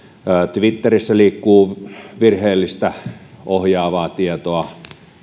twitterissä liikkuu virheellistä ohjaavaa tietoa